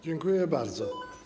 Dziękuję bardzo.